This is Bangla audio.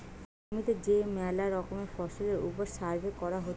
জমিতে যে মেলা রকমের ফসলের ওপর সার্ভে করা হতিছে